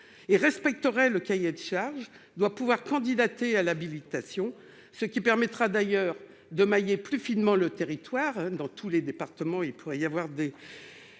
et respecterait le cahier des charges doit pouvoir candidater à l'habilitation, ce qui permettra d'ailleurs de mailler plus finement le territoire dans tous les départements, il pourrait y avoir des